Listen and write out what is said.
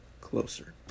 closer